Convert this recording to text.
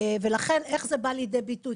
לכן איך זה בא לידי ביטוי?